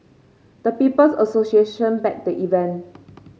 the People's Association backed the event